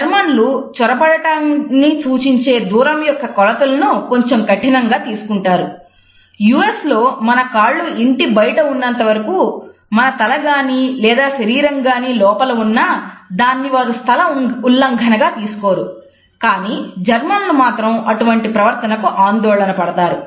జర్మన్లులు లు అటువంటి ప్రవర్తనకు ఆందోళన పడతారు